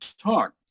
talk